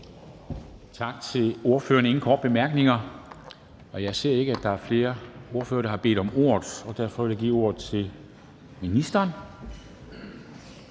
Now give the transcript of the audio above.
Tak til ordføreren. Der er ingen korte bemærkninger. Jeg ser ikke, at der er flere ordførere, der har bedt om ordet. Derfor vil jeg give ordet til ministeren.